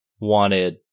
wanted